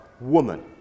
Woman